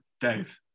Dave